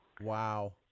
Wow